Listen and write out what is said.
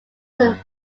some